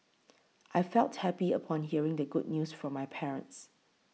I felt happy upon hearing the good news from my parents